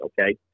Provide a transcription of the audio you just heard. okay